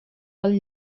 del